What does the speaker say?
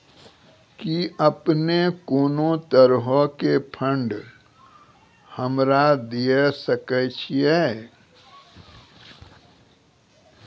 कि अपने कोनो तरहो के फंड हमरा दिये सकै छिये?